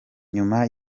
nyuma